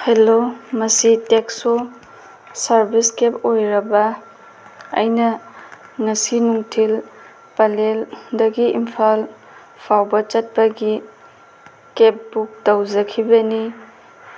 hello ꯃꯁꯤ taxi service cab ꯑꯣꯏꯔꯕꯥ ꯑꯩꯅ ꯉꯁꯤ ꯅꯨꯡꯊꯤꯜ ꯄꯂꯦꯜꯗꯒꯤ ꯏꯝꯐꯥꯜ ꯐꯥꯎꯕ ꯆꯠꯄꯒꯤ ꯀꯦꯕ ꯕꯨꯛ ꯇꯧꯖꯈꯤꯕꯅꯤ